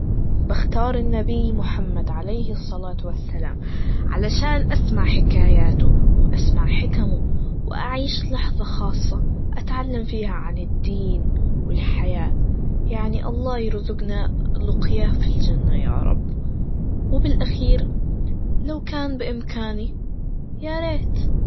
باختار النبي محمد عليه الصلاة والسلام, علشان أسمع حكاياته, وأسمع حكمه, وأعيش لحظة خاصة, أتعلم فيها عن الدين, والحياة, يعني الله يرزقنا لقياه في الجنة يا رب, وبالأخير, لو كان بإمكاني, يا ريت.